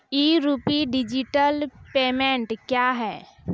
ई rupee digital payment क्या हैं?